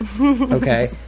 okay